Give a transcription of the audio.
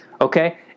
Okay